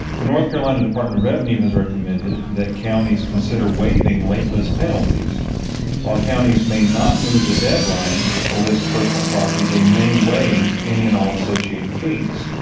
the north carolina department of revenue has recommended that counties consider waiving late list penalties while counties may not move the deadline to list personal property they may waive any and all associated fees,